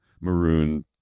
maroon